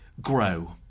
grow